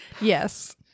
Yes